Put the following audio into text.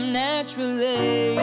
naturally